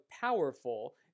powerful